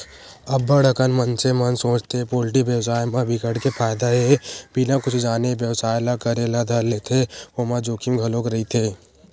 अब्ब्ड़ अकन मनसे मन सोचथे पोल्टी बेवसाय म बिकट के फायदा हे बिना कुछु जाने ए बेवसाय ल करे ल धर लेथे ओमा जोखिम घलोक रहिथे